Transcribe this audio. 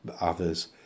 others